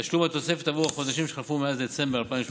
תשלום התוספת עבור החודשים שחלפו מאז דצמבר 2018